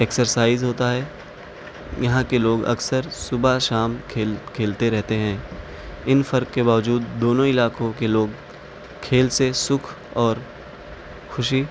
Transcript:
exercise ہوتا ہے یہاں کے لوگ اکثر صبح شام کھیل کھیلتے رہتے ہیں ان فرق کے باوجود دونوں علاقوں کے لوگ کھیل سے سکھ اور خوشی